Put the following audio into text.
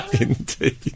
Indeed